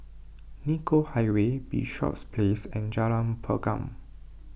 Nicoll Highway Bishops Place and Jalan Pergam